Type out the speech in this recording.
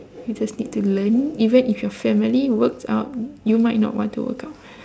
you just need to learn even if your family works out you might not want to workout